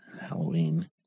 Halloween